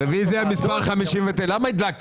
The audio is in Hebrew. רביזיה על פניות מספר 59 60: